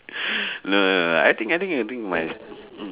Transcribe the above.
no no no I think I think I think my s~